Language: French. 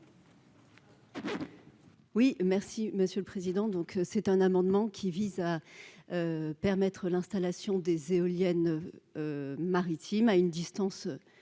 Oui, merci Monsieur le Président, donc c'est un amendement qui vise à permettre l'installation des éoliennes maritimes à une distance